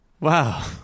Wow